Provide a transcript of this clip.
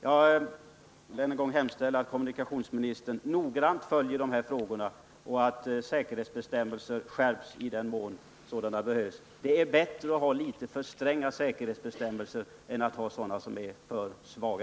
Jag vill än en gång hemställa att kommunikationsministern noggrant följer de här frågorna och att säkerhetsbestämmelserna skärps i den mån det är nödvändigt. Det är bättre att ha litet för stränga säkerhetsbestämmelser än att ha sådana som är för svaga.